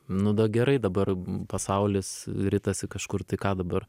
nuda gerai dabar pasaulis ritasi kažkur tai ką dabar